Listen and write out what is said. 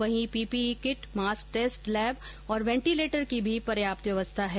वहीं PPE kit mask test lab तथा ventilator की भी पर्याप्त व्यवस्था है